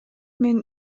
мен